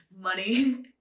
money